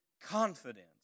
confidence